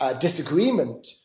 disagreement